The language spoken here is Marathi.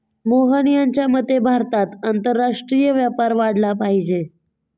मोहन यांच्या मते भारतात आंतरराष्ट्रीय व्यापार वाढला पाहिजे